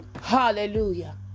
Hallelujah